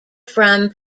from